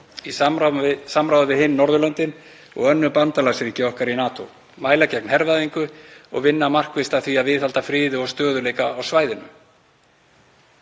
í samráði við önnur Norðurlönd og bandalagsríki okkar í NATO, mæla gegn hervæðingu og vinna markvisst að því að viðhalda friði og stöðugleika á svæðinu.